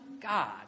God